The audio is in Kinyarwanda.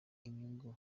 inyungu